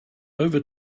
over